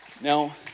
Now